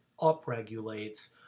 upregulates